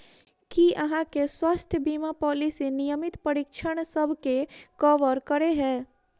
की अहाँ केँ स्वास्थ्य बीमा पॉलिसी नियमित परीक्षणसभ केँ कवर करे है?